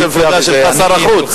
ראש המפלגה שלך שר החוץ.